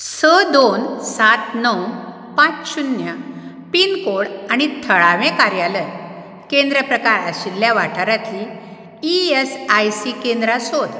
स दोन सात णव पांच शुन्य पिनकोड आनी थळावें कार्यालय केंद्र प्रकार आशिल्ल्या वाठारातलीं ई एस आय सी केंद्रां सोद